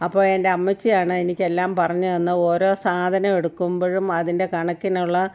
അപ്പോൾ എൻ്റെ അമ്മച്ചിയാണ് എനിക്ക് എല്ലാം പറഞ്ഞ് തന്ന് ഓരോ സാധനം എടുക്കുമ്പോഴും അതിൻ്റെ കണക്കിനുള്ള